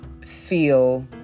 feel